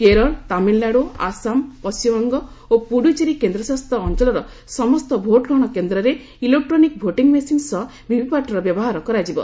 କେରଳ ତାମିଲନାଡ଼ୁ ଆସାମ ପଶ୍ଚିମବଙ୍ଗ ଓ ପୁଡ଼ୁଚେରୀ କେନ୍ଦ୍ରଶାସିତ ଅଞ୍ଚଳର ସମସ୍ତ ଭୋଟ୍ଗ୍ରହଣ କେନ୍ଦ୍ରରେ ଇଲେକ୍ଟ୍ରୋନିକ୍ ଭୋଟିଂ ମେସିନ୍ ସହ ଭିଭିପାଟ୍ର ବ୍ୟବହାର କରାଯିବ